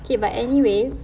okay but anyways